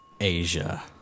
Asia